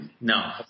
No